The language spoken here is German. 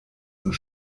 und